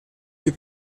più